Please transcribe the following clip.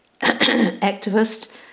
activist